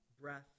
breath